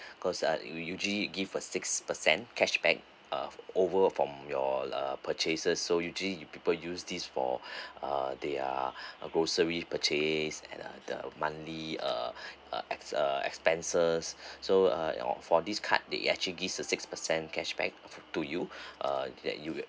because uh we usually give a six percent cashback uh over from your uh purchases so usually people use this for uh they are grocery purchase and uh the monthly uh uh ex~ uh expenses so uh for this card they actually gives a six percent cashback to you uh that you will